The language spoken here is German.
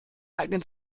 eignet